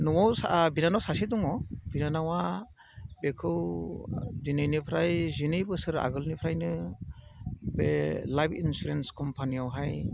न'आव जाहा बिनानाव सासे दङ बिनानावा बेखौ दिनैनिफ्राय जिनै बोसोर आगोलनिफ्रायनो बे लाइफ इनसुरेन्स कम्पानियावहाय